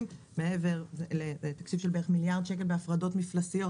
מעבר לתקציב של בערך מיליארד שקל בהפרדות מפלסיות,